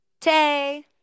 Tay